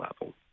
level